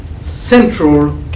central